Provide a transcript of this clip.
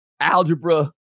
algebra